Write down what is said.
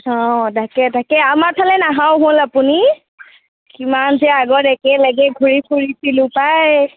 অঁ তাকে তাকে আমাৰ ফালে নাহাও হ'ল আপুনি কিমান যে আগত একেলগে ঘূৰি ফুৰিছিলো পাই